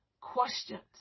questions